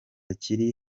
kiri